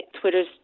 Twitter's